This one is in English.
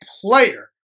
player